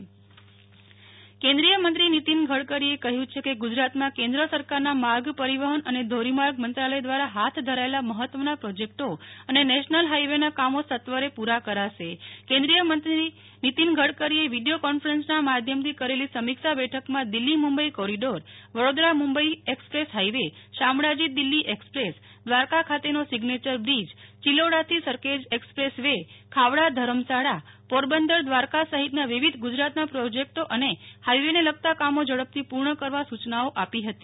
નેહલ ઠક્કર નીતિન ગડકરી કેન્દ્રીય મંત્રી નીતીન ગડકરીએ કહ્યું છે કે ગુજરાતમાં કેન્દ્ર સરકારના માર્ગ પરિવહન અને ધોરીમાર્ગ મંત્રાલય દ્રારા હાથ ધરાયેલા મહત્વના પ્રોજેકટો અને નેશનલ હાઈવેનાં કામો સત્વરે પૂ રા કરાશે કેન્દ્રીય મંત્રી નિતીન પટેલે વિડીયો કોન્ફરન્સનાં માધ્યમથી કરેલી સમીક્ષા બેઠકમાં દિલ્હી મું બઈ corridor Vadodara Mumbai express highway Shamlaji Delhi એક્સ્પ્રેસદ્રારકા ખાતેનો સિઝેયર bridge ચિલોડાથી Sarkhej ચેકસ્પ્રેસ way Khavda ધરમશાળા પોરબંદર દ્વારકા સહિતનાં વિવિધ ગુજરાતનાં પ્રોજેકટો અને હાઈવેને લગતાં કામો ઝડપથી પૂર્ણ કરવા સુ ચનાઓ આપી હતી